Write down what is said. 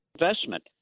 investment